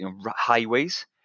highways